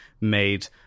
made